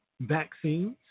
vaccines